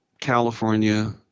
California